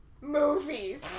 movies